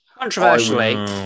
Controversially